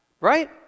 right